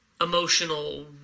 emotional